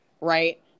right